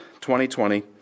2020